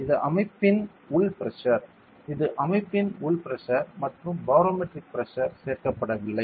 இது அமைப்பின் உள் பிரஷர் இது அமைப்பின் உள் பிரஷர் மற்றும் பாரோமெட்ரிக் பிரஷர் சேர்க்கப்படவில்லை